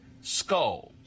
skull